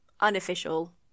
unofficial